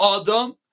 Adam